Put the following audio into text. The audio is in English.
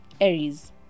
Aries